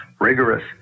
rigorous